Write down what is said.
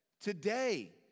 today